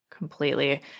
Completely